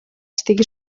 estigui